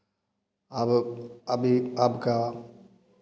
आब अभी अब का